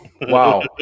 wow